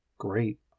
Great